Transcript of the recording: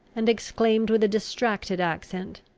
and exclaimed with a distracted accent,